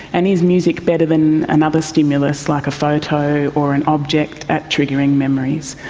and is music better than another stimulus like a photo or an object at triggering memories?